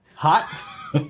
hot